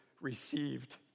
received